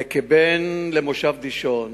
וכבן למושב דישון